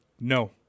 no